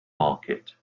market